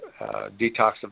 detoxification